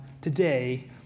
today